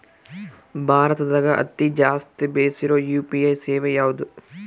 ಭಾರತದಗ ಅತಿ ಜಾಸ್ತಿ ಬೆಸಿರೊ ಯು.ಪಿ.ಐ ಸೇವೆ ಯಾವ್ದು?